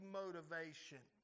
motivation